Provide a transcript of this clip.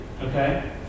okay